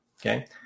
okay